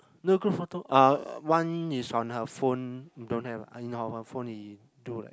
no group photo uh one is on her phone don't have in or her phone he do like